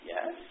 Yes